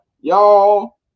y'all